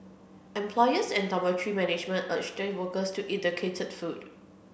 employers and dormitory management urge the workers to eat the catered food